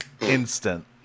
instant